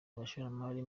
abashoramari